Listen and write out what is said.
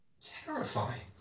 Terrifying